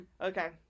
Okay